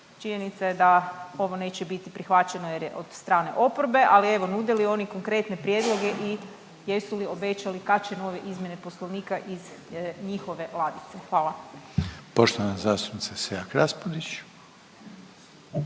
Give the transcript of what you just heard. Činjenica je da ovo neće biti prihvaćeno jer je od strane oporbe, ali evo nude li oni konkretne prijedloge i jesu li obećali kad će nove izmjene Poslovnika iz njihove ladice. Hvala. **Reiner, Željko